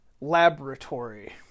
laboratory